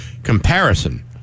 Comparison